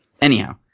anyhow